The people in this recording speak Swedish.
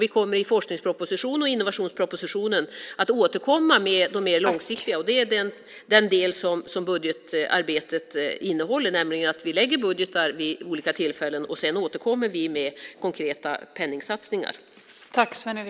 I forsknings och innovationspropositionen återkommer vi med det mer långsiktiga. Det är den del som budgetarbetet innehåller. Vi lägger alltså fram budgetar vid olika tillfällen. Sedan återkommer vi med konkreta penningsatsningar.